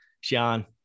Sean